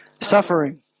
suffering